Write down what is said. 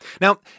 Now